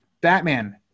batman